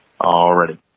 Already